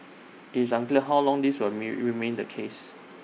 IT is unclear how long this will remain the case